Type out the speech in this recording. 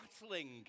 battling